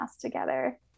together